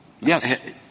Yes